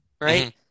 right